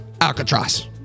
Alcatraz